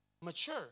mature